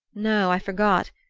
no. i forgot.